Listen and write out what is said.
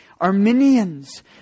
Arminians